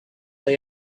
they